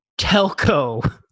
Telco